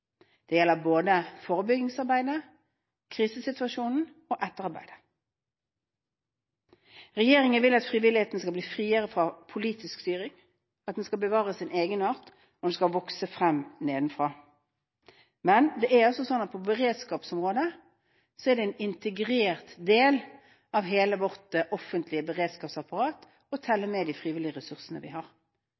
Det gjelder både forebyggingsarbeidet, krisesituasjonen og etterarbeidet. Regjeringen vil at frivilligheten skal bli friere fra politisk styring, at den skal bevare sin egenart, og at den skal vokse frem nedenfra. Men frivilligheten på beredskapsområdet er altså en integrert del av hele vårt offentlige beredskapsapparat og teller med i de frivillige ressursene vi har.